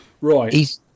Right